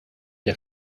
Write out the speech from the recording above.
der